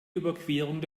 überquerung